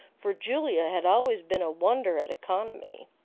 for julia had always been a wonder at economy.